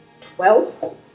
Twelve